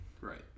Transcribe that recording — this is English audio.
Right